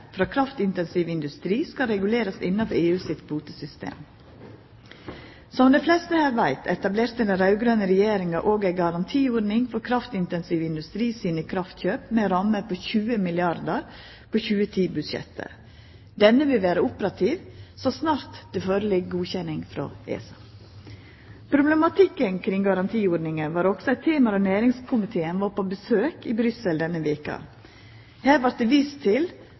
frå kraftintensiv industri skal regulerast innafor EU sitt kvotesystem. Som dei fleste her veit, etablerte den raud-grøne regjeringa òg ei garantiordning for kraftintensiv industri sine kraftkjøp med ei ramme på 20 milliardar kr på 2010-budsjettet. Denne vil vera operativ så snart det ligg føre godkjenning frå ESA. Problematikken kring garantiordninga var òg eit tema då næringskomiteen var på besøk i Brussel denne veka. Her vart det vist til